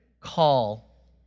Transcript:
call